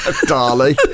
Darling